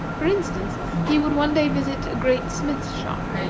for instance, he would one day visit a great smith's shop,